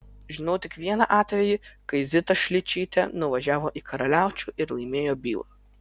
žinau tik vieną atvejį kai zita šličytė nuvažiavo į karaliaučių ir laimėjo bylą